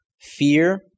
fear